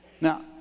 Now